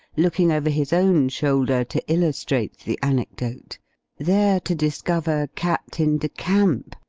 looking over his own shoulder to illustrate the anecdote there to discover, captain de camp,